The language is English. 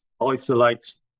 isolates